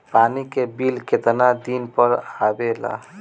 पानी के बिल केतना दिन पर आबे ला?